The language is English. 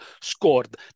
scored